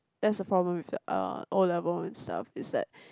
that's the problem with the uh O-level itself is that